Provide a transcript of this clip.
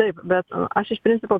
taip bet aš iš principo